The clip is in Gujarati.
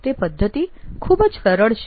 તે પદ્ધતિ ખૂબ જ સરળ છે